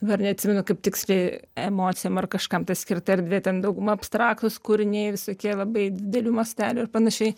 dar neatsimenu kaip tiksliai emocijom ar kažkam tai skirta erdvė ten dauguma abstraktūs kūriniai visokie labai didelių mastelių ir panašiai